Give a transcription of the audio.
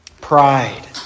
pride